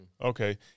Okay